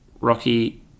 Rocky